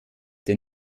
der